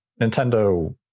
Nintendo